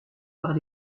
par